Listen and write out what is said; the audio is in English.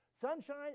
Sunshine